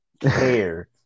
care